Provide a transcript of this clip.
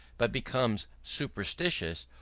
but becomes superstitious,